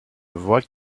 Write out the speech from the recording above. voie